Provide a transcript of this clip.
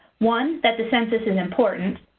one, that the census is important.